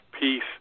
peace